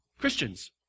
Christians